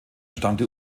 stammte